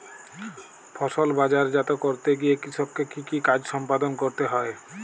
ফসল বাজারজাত করতে গিয়ে কৃষককে কি কি কাজ সম্পাদন করতে হয়?